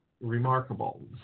remarkable